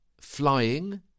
flying